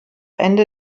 ende